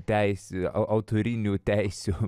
teisė autorinių teisių